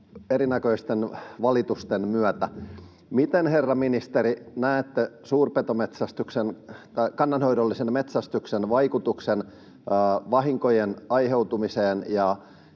erinäköisten valitusten myötä. Miten, herra ministeri, näette kannanhoidollisen metsästyksen vaikutuksen vahinkojen aiheutumiseen